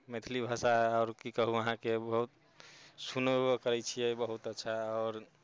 मैथिली भाषा आओर की कहु अहाँके बहुत सुनबो करै छियै बहुत अच्छा आओर